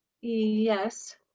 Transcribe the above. Yes